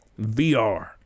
VR